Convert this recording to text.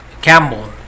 Campbell